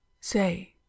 say